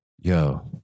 yo